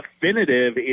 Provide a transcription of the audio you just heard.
definitive